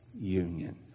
union